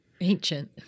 Ancient